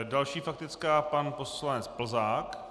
Další faktická pan poslanec Plzák.